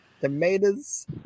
Tomatoes